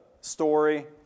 story